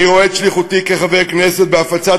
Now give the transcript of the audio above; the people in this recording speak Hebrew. אני רואה את שליחותי כחבר הכנסת בהפצת